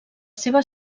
seva